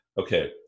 Okay